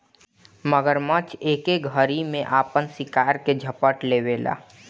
मगरमच्छ एके घरी में आपन शिकार के झपट लेवेला